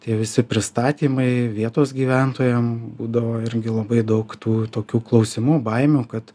tie visi pristatymai vietos gyventojam būdavo irgi labai daug tų tokių klausimų baimių kad